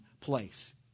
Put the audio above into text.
place